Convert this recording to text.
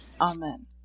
Amen